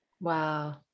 Wow